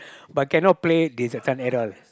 but cannot play this this one at all